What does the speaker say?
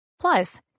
Plus